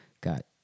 got